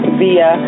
via